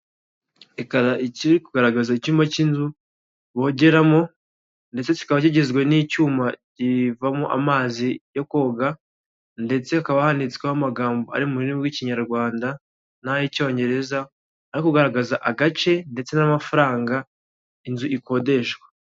Ikaba ikiri kugaragaza icyuyuma cy'inzu bongeramo ndetse kikaba kigizwe n'icyuma kivamo amazi yo koga, ndetse hakaba handitsweho amagambo ari mu rurimi rw'ikinyarwanda n'ay'icyongereza aho kugaragaza agace ndetse n'amafaranga inzu ikodeshwa.